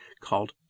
called